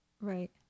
Right